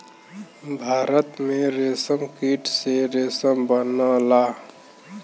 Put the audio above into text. भारत में रेशमकीट से रेशम बनला